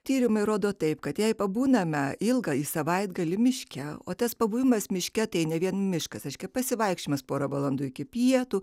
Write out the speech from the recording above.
tyrimai rodo taip kad jei pabūname ilgąjį savaitgalį miške o tas pabuvimas miške tai ne vien miškas reiškia pasivaikščiojimą porą valandų iki pietų